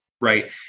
right